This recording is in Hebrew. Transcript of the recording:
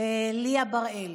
ליה בראל.